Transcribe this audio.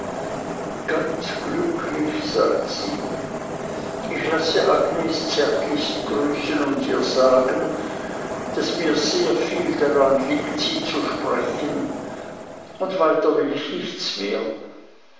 ganz glücklich sagt sie ich lasse agnes zärtlichst grüßen und ihr sagen daß mir sehr viel daran liegt sie zu sprechen und weiter will ich nichts mehr